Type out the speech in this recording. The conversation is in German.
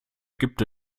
gibt